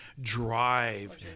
drive